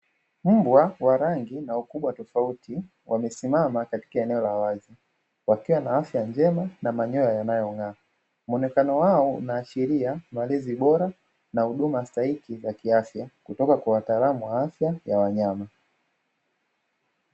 Mbwa wa rangi na ukubwa tofauti wamesimama katika eneo la wazi, wakiwa na afya njema na manyoya yanayong'aa, muonekano wao inaashiria malezi bora na huduma stahiki za kiafya kutoka kwa wataalamu wa afya ya wanyama.